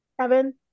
Kevin